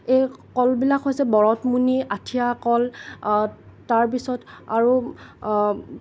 এই কলবিলাক হৈছে বৰতমণি আঠিয়া কল তাৰপিছত আৰু